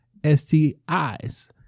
STIs